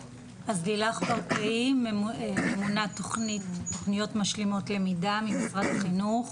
אני ממונה על תכניות משלימות למידה ממשרד החינוך.